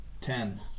Ten